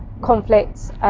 conflicts